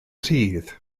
rhydd